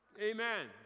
Amen